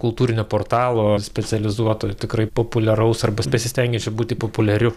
kultūrinio portalo specializuoto tikrai populiaraus arba besistengiančio būti populiariu